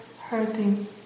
hurting